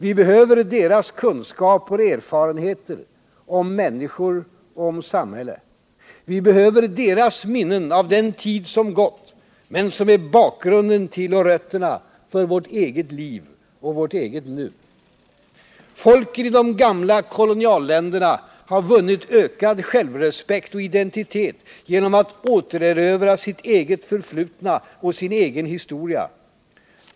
Vi behöver deras kunskaper och erfarenheter om människor och om samhälle. Vi behöver deras minnen av den tid som gått men som är bakgrunden till och rötterna för vårt eget liv och vårt eget nu. Folken i de gamla kolonialländerna har vunnit ökad självrespekt och identitet genom att återerövra sitt eget förflutna och sin egen historia.